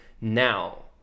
Now